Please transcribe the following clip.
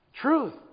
Truth